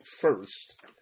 first